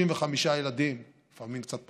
35 ילדים בכל כיתה, לפעמים קצת פחות,